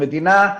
מדינה,